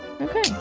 Okay